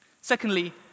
Secondly